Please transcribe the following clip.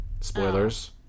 spoilers